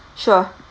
sure